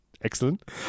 excellent